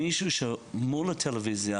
מישהו שהוא מול הטלוויזיה,